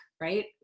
Right